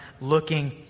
looking